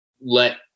let